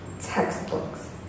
textbooks